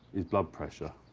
his blood pressure.